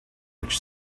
which